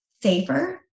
safer